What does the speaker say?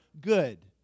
good